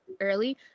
early